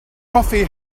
coffee